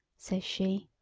says she.